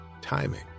timing